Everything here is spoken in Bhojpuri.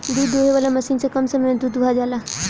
दूध दूहे वाला मशीन से कम समय में दूध दुहा जाला